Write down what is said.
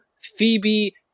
Phoebe